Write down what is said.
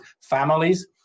families